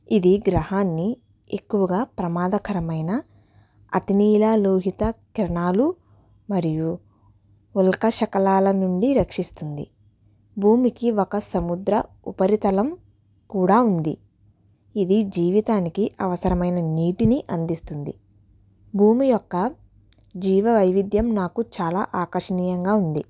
ఇది గ్రహాన్ని ఎక్కువగా ప్రమాదకరమైన అతి నీలలోహిత కిరణాలు మరియు ఉల్క శకలాల నుండి రక్షిస్తుంది భూమికి ఒక సముద్ర ఉపరితలం కూడా ఉంది ఇది జీవితానికి అవసరమైన నీటిని అందిస్తుంది భూమి యొక్క జీవ వైవిధ్యం నాకు చాలా ఆకర్షణీయంగా ఉంది